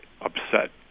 upset